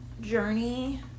journey